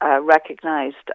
recognized